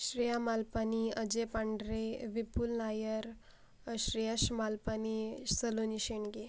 Shreya Malpani Ajay Pandhare Vipul Nair Shreyash Malpani Saloni Shendge